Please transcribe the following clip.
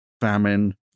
famine